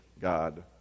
God